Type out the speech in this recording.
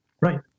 Right